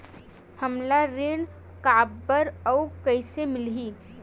हमला ऋण काबर अउ कइसे मिलही?